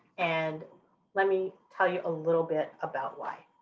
and let me tell you a little bit about why.